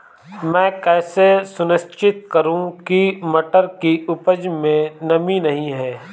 मैं कैसे सुनिश्चित करूँ की मटर की उपज में नमी नहीं है?